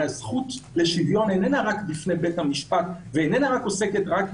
הזכות לשוויון איננה רק בפי המשפט, היא עוסקת גם